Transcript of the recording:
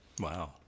Wow